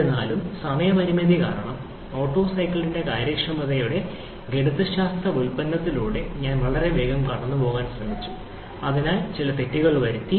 എന്നിരുന്നാലും സമയ പരിമിതി കാരണം ഓട്ടോ സൈക്കിളിന്റെ കാര്യക്ഷമതയുടെ ഗണിതശാസ്ത്ര വ്യുൽപ്പന്നത്തിലൂടെ ഞാൻ വളരെ വേഗത്തിൽ കടന്നുപോകാൻ ശ്രമിച്ചു അതിനായി ഞാൻ ചില തെറ്റുകൾ വരുത്തി